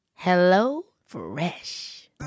HelloFresh